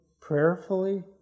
prayerfully